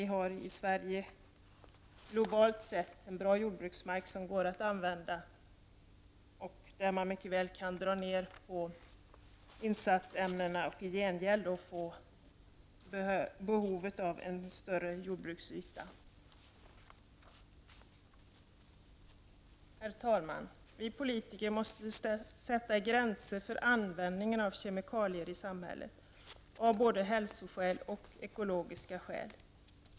I Sverige har vi globalt sätt en bra jordbruksmark. Det går mycket väl att dra ned på insatsämnena. I gengäld kan man tillgodose behovet av en större jordbruksyta. Herr talman! Vi politiker måste sätta gränser för användningen av kemikalier i samhället, både av hälsoskäl och av ekologiska skäl.